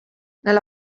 nella